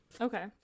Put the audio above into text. Okay